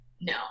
no